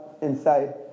inside